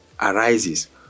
arises